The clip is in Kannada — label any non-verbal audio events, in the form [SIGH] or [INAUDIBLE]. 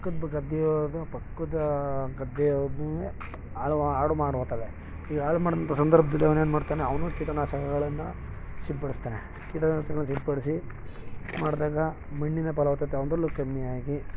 ಪಕ್ಕದ ಗದ್ದೆ ಒಳ್ಗೆ ಪಕ್ಕದ ಗದ್ದೆ [UNINTELLIGIBLE] ಸಂದರ್ಭದಲ್ಲಿ ಅವ್ನು ಏನು ಮಾಡ್ತಾನೆ ಅವನು ಕೀಟನಾಶಕಗಳನ್ನ ಸಿಂಪಡಿಸ್ತಾನೆ ಕೀಟನಾಶಕಗಳನ್ನ ಸಿಂಪಡಿಸಿ ಮಾಡಿದಾಗ ಮಣ್ಣಿನ ಫಲವತ್ತತೆ ಅವನದಲ್ಲು ಕಮ್ಮಿಯಾಗಿ